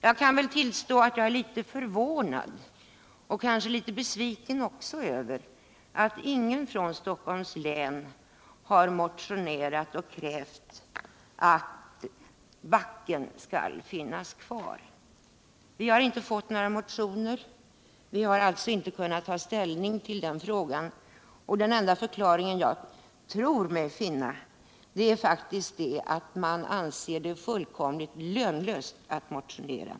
Jag kan tillstå att jag är litet förvånad, och kanske litet besviken, över att ingen från Stockholms län har motionerat och krävt att Backen skall finnas kvar. Vi har inte fått några motioner, och vi har alltså inte kunnat ta ställning till den frågan. Den enda förklaring jag kan finna är faktiskt att man anser det fullkomligt lönlöst att motionera.